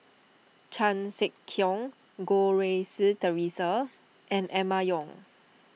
Chan Sek Keong Goh Rui Si theresa and Emma Yong